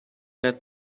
let